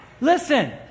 Listen